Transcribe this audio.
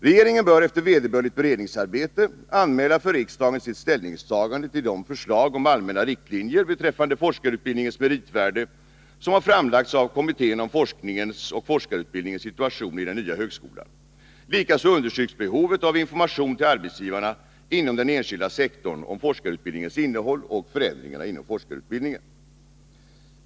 Regeringen bör efter vederbörligt beredningsarbete anmäla för riksdagen sitt ställningstagande till de förslag om allmänna riktlinjer beträffande forskarutbildningens meritvärde som framlagts av kommittén om forskningens och forskarutbildningens situation i den nya högskolan. Likaså understrykes behovet av information till arbetsgivarna inom den enskilda sektorn om forskarutbildningens innehåll och förändringarna inom forskarutbildningen.